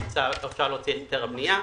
אפשר להוציא את היתר הבנייה.